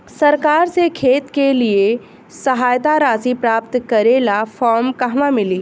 सरकार से खेत के लिए सहायता राशि प्राप्त करे ला फार्म कहवा मिली?